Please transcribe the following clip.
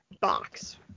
box